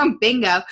Bingo